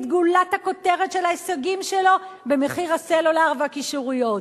גולת הכותרת של ההישגים שלו במחיר הסלולר והקישוריות.